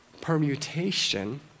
permutation